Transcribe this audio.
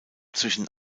zwischen